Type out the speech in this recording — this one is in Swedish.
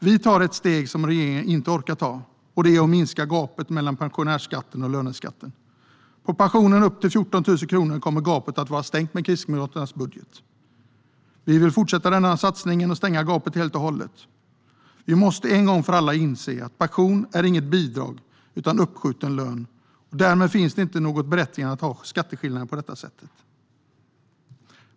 Vi tar ett steg som regeringen inte orkar ta, och det är att minska gapet mellan pensionärsskatten och löneskatten. På pensioner upp till 14 000 kronor kommer gapet att vara stängt med Kristdemokraternas budget. Vi vill fortsätta denna satsning och stänga gapet helt och hållet. Vi måste en gång för alla inse att pension inte är ett bidrag utan uppskjuten lön. Därmed finns det inte något berättigande i att ha skatteskillnader på detta sätt.